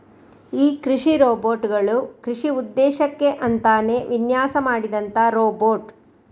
ಈ ಕೃಷಿ ರೋಬೋಟ್ ಗಳು ಕೃಷಿ ಉದ್ದೇಶಕ್ಕೆ ಅಂತಾನೇ ವಿನ್ಯಾಸ ಮಾಡಿದಂತ ರೋಬೋಟ್